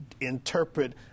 interpret